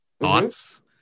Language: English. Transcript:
thoughts